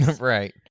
right